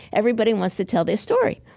everybody wants to tell their story.